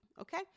Okay